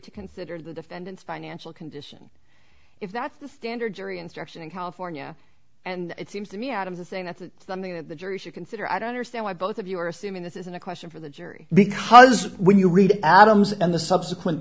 to consider the defendant's financial condition if that's the standard jury instruction in california and it seems to me out of the saying that's something that the jury should consider i don't understand why both of you are assuming this isn't a question for the jury because when you read adams and the subsequent